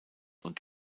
und